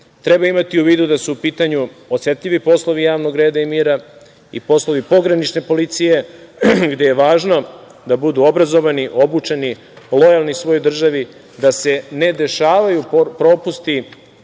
Treba imati u vidu da su u pitanju osetljivi poslovi javnog reda i mira i poslovi pogranične policije gde je važno da budu obrazovani, obučeni, lojalni svojoj državi, da se ne dešavaju propusti,